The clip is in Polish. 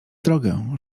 drogę